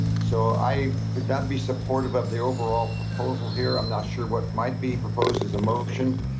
so i could not be supportive of the overall proposal here. i'm not sure what might be proposed as a motion,